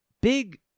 big